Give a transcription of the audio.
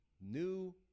New